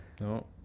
no